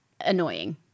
annoying